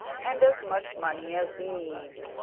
and as much money as we need.